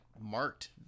marked